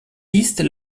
east